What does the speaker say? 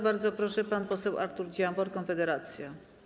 Bardzo proszę, pan poseł Artur Dziambor, Konfederacja.